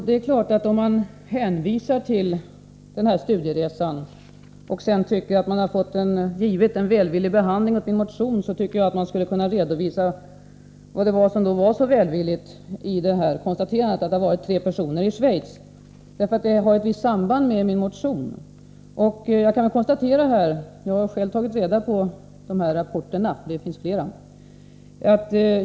Herr talman! Om man hänvisar till den här studieresan och tycker att man har gett min motion en välvillig behandling, tycker jag att man skulle kunna redovisa vad det var för någonting som var så välvilligt i konstaterandet att det har varit tre personer i Schweiz, för det har ett visst samband med min motion. Jag har själv tagit reda på rapporterna — det finns ju flera.